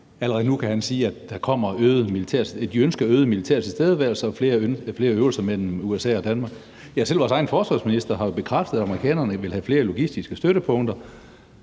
allerede nu kan sige, at de ønsker en øget militær tilstedeværelse og flere øvelser mellem USA og Danmark? Selv vores egen forsvarsminister har jo bekræftet, at amerikanerne vil have flere logistiske støttepunkter.